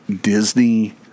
Disney